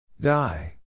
Die